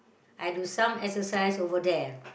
I do some exercise over there